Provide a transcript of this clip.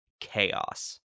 chaos